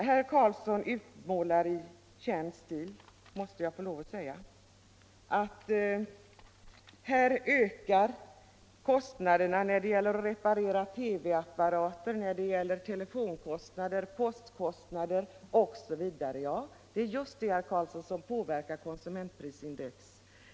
Herr Carlsson i Vikmanshyttan utmålar — i känd stil, det måste jag få lov att säga — att här ökar priserna för reparation av TV-apparater, här ökar telefonkostnader, portokostnader osv. Ja, herr Carlsson, det är just det som påverkar konsumentprisindex!